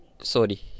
sorry